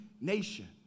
nation